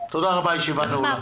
תודה רבה, הישיבה נעולה.